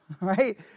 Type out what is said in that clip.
right